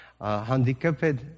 handicapped